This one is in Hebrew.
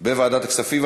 בוועדת הכספים.